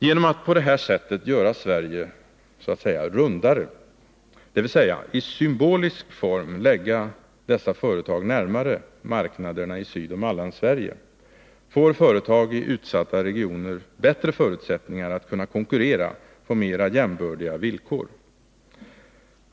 Genom att på detta sätt göra Sverige ”rundare”, dvs. i symbolisk form lägga dessa företag närmare marknaderna i Sydoch Mellansverige, får företag i utsatta regioner bättre förutsättningar att konkurrera på mera jämbördiga villkor.